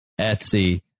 Etsy